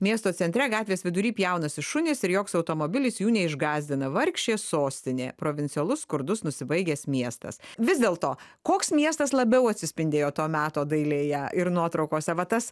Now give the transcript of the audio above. miesto centre gatvės vidury pjaunasi šunys ir joks automobilis jų neišgąsdina vargšė sostinė provincialus skurdus nusibaigęs miestas vis dėlto koks miestas labiau atsispindėjo to meto dailėje ir nuotraukose va tas